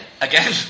Again